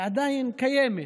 שעדיין קיימת,